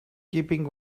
keeping